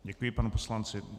Děkuji panu poslanci.